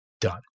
Done